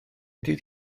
dydd